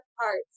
parts